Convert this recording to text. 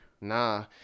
Nah